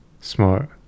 Smart